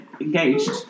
engaged